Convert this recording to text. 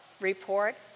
report